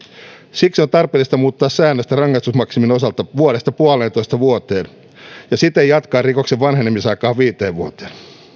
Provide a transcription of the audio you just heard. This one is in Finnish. siksi on tarpeellista muuttaa säännöstä rangaistusmaksimin osalta vuodesta puoleentoista vuoteen ja siten jatkaa rikoksen vanhenemisaikaa viiteen vuoteen